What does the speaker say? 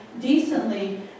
decently